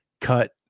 cut